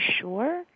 sure